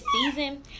season